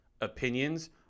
opinions